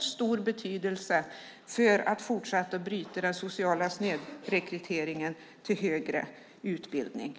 stor betydelse för att fortsätta att bryta den sociala snedrekryteringen till högre utbildning.